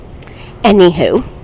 Anywho